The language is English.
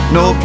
no